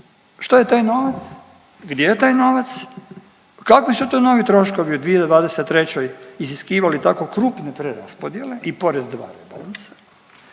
što je taj novac, gdje je taj novac, kakvi su to novi troškovi u 2023. iziskivali tako krupne preraspodjele i pored dva rebalansa,